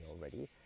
already